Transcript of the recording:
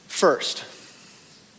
First